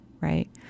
Right